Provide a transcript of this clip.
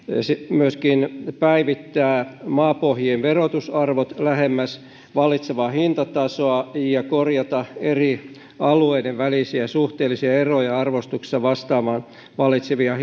myöskin päivittää maapohjien verotusarvot lähemmäs vallitsevaa hintatasoa ja korjata eri alueiden välisiä suhteellisia eroja arvostuksessa vastaamaan vallitsevia